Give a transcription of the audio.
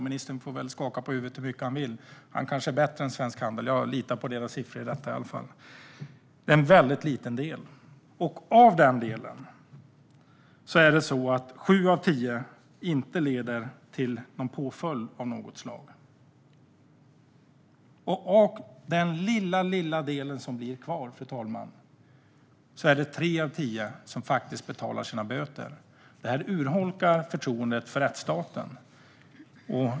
Ministern får skaka på huvudet hur mycket han vill. Han kanske är bättre än Svensk Handel. Jag litar i alla fall på deras siffror när det gäller detta. Det är alltså en väldigt liten del. Och i den delen är det sju av tio ärenden som inte leder till någon påföljd av något slag. Och när det gäller den lilla, lilla del som blir kvar, fru ålderspresident, är det tre av tio som faktiskt betalar sina böter. Detta urholkar förtroendet för rättsstaten.